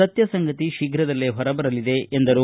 ಸತ್ಯ ಸಂಗತಿ ಶೀಘ್ರದಲ್ಲೇ ಹೊರಬರಲಿದೆ ಎಂದರು